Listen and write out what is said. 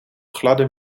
gladde